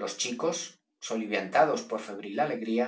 los chicos soliviantados por febril alegría